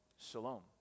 shalom